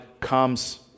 comes